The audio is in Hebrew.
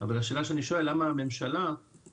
אבל השאלה שאני שואל היא למה הממשלה לא